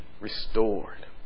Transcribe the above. restored